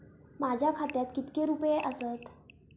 माझ्या खात्यात कितके रुपये आसत?